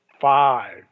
five